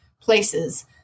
places